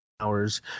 hours